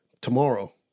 tomorrow